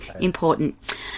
important